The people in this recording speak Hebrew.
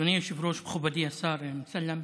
אדוני היושב-ראש, מכובדי השר אמסלם,